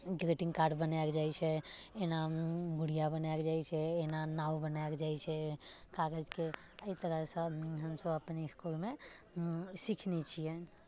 greeting card बनाएल जाइत छै एना गुड़िया बनाएल जाइत छै एना नाव बनाएल जाइत छै कागजके एहि तरह से हम सभ अपन इसकुलमे सिखने छियै